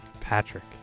Patrick